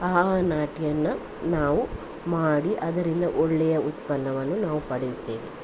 ಆ ನಾಟಿಯನ್ನು ನಾವು ಮಾಡಿ ಅದರಿಂದ ಒಳ್ಳೆಯ ಉತ್ಪನ್ನವನ್ನು ನಾವು ಪಡೆಯುತ್ತೇವೆ